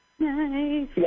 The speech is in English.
Nice